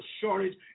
shortage